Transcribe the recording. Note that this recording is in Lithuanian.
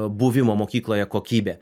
buvimo mokykloje kokybė